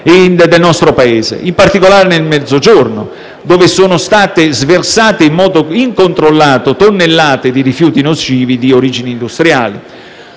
del nostro Paese, in particolare nel Mezzogiorno, dove sono state sversate in modo incontrollato tonnellate di rifiuti nocivi di origine industriale.